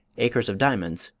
acres of diamonds,